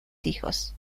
hijos